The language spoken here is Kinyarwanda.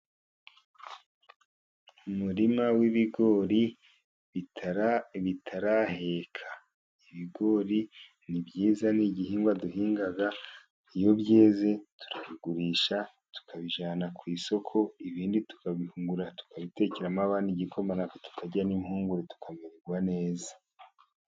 Umurima w'ibigori bitaraheka. Ibigori ni byiza ni igihingwa duhinga, iyo byeze turabigurisha, tukabijyana ku isoko, ibindi tukabihungura tukabitekeramo abana igikoma, natwe tukarya n'impungure tukamererwa neza.